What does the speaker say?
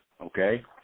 okay